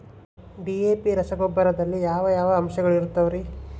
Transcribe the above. DAP ರಸಗೊಬ್ಬರದಲ್ಲಿ ಯಾವ ಯಾವ ಅಂಶಗಳಿರುತ್ತವರಿ?